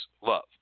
love